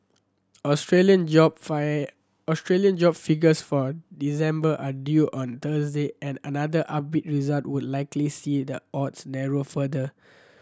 Australian job fire Australian job figures for December are due on Thursday and another upbeat result would likely see the odds narrow further